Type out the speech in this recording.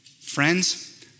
Friends